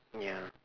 ya